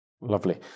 lovely